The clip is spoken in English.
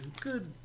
good